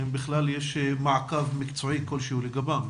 האם בכלל יש מעקב מקצועי כלשהו לגביהם.